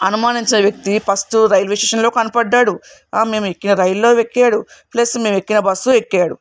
అనుమానించిన వ్యక్తి ఫస్టు రైల్వేస్టేషన్లో కనబడ్డాడు మేము ఎక్కిన రైల్లో ఎక్కాడు ప్లస్ మేము ఎక్కిన బస్సు ఎక్కాడు